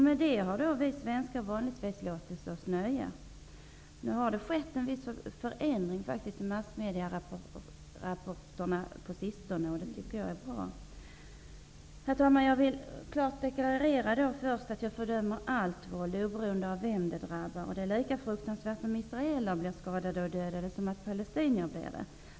Med detta har vi svenskar vanligtvis låtit oss nöja. Nu har det faktiskt skett en viss förändring i massmedierapporterna på sistone, och det tycker jag är bra. Herr talman! Jag vill först klart deklarera att jag fördömer allt våld, oberoende av vem det drabbar. Det är lika fruktansvärt om israeler blir skadade och dödade som att palestinier blir det.